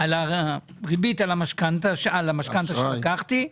על הריבית על המשכנתא שלקחתי.